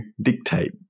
dictate